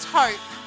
hope